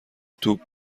توپ